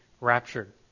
raptured